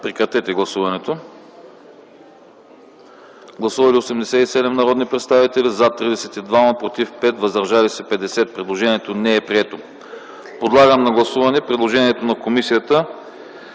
да гласуваме. Гласували 87 народни представители: за 32, против 5, въздържали се 50. Предложението не е прието. Подлагам на гласуване предложението на комисията